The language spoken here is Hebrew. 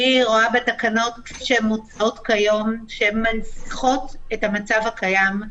אני רואה שהתקנות שמוצעות היום מנציחות את המצב הקיים,